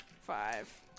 five